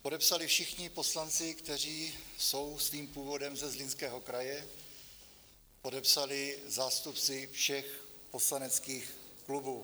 Podepsali všichni poslanci, kteří jsou svým původem ze Zlínského kraje, podepsali zástupci všech poslaneckých klubů.